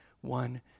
one